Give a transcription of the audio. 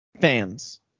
fans